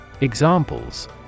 Examples